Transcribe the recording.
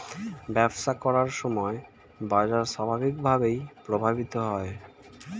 ব্যবসা করার সময় বাজার স্বাভাবিকভাবেই প্রভাবিত হয়